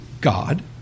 God